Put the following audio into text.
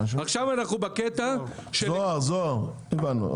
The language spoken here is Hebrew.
ועכשיו אנחנו בקטע --- זהר, הבנו.